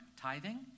tithing